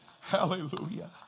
Hallelujah